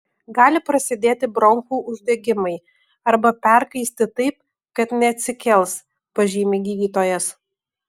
gali prasidėti bronchų uždegimai arba perkaisti taip kad neatsikels pažymi gydytojas